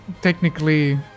technically